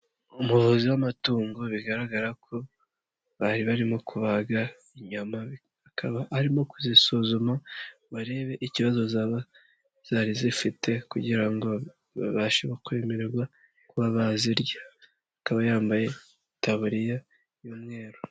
Umuvuzi w'amatungo bigaragara ko bari barimo kubaga inyama. Akaba arimo kuzisuzuma ngo arebe ikibazo zaba zari zifite kugira ngo babashe kwemererwa kuba bazirya. Akaba yambaye itabariya y'umweru.